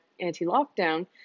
anti-lockdown